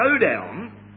showdown